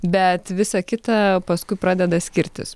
bet visa kita paskui pradeda skirtis